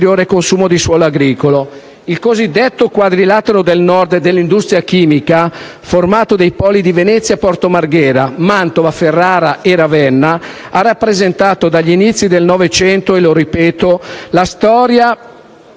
Il cosiddetto Quadrilatero del Nord dell'industria chimica, formato dai poli di Venezia, Porto Marghera, Mantova, Ferrara e Ravenna, ha rappresentato dagli inizi del Novecento - lo ripeto - la storia